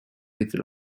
with